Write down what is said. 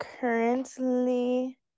currently